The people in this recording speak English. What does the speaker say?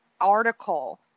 article